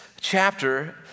chapter